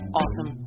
awesome